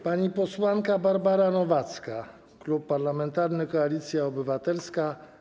Pani posłanka Barbara Nowacka, Klub Parlamentarny Koalicja Obywatelska.